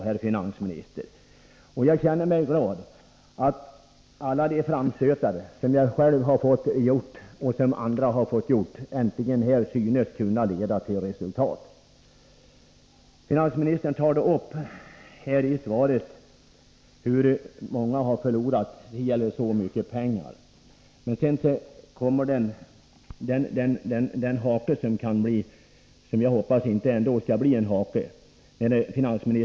Det gläder mig att alla framstötar som jag själv och andra har gjort äntligen synes ge resultat. I sitt svar nämner finansministern hur många personer som har förlorat pengar och hur mycket det rör sig om. Men så säger han något som kan verka som en hake i sammanhanget, men som jag inte hoppas skall vara det.